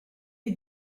est